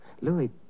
Louis